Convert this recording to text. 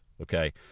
Okay